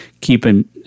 keeping –